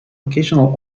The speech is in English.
occasional